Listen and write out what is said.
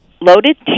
Loaded